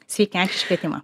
sveiki ačiū už kvietimą